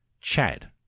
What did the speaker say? Chad